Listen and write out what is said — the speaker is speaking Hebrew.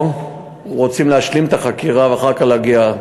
או רוצים להשלים את החקירה ואחר כך להגיע.